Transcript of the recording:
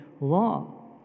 law